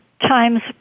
times